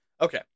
Okay